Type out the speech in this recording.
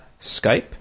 Skype